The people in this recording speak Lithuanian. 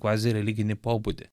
kvazireliginį pobūdį